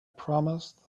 promised